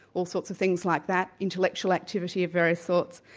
all sorts of things like that, intellectual activity of various sorts,